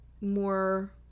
more